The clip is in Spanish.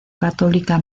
católica